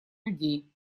людей